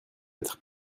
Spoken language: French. être